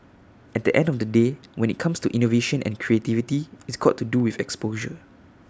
at the end of the day when IT comes to innovation and creativity it's got to do with exposure